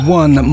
one